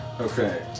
Okay